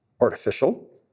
artificial